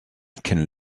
can